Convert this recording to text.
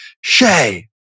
Shay